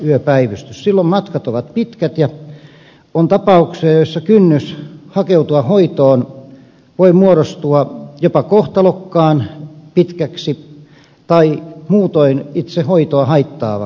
silloin matkat ovat pitkät ja on tapauksia joissa kynnys hakeutua hoitoon voi muodostua jopa kohtalokkaan korkeaksi tai muutoin itse hoitoa haittaavaksi